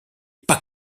pas